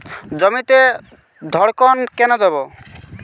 জমিতে ধড়কন কেন দেবো?